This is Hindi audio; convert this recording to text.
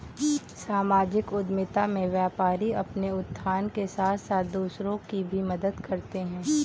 सामाजिक उद्यमिता में व्यापारी अपने उत्थान के साथ साथ दूसरों की भी मदद करते हैं